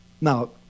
Now